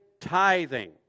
tithing